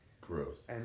Gross